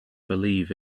believe